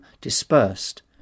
dispersed